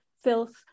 filth